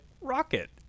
rocket